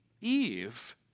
Eve